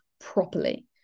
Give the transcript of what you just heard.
properly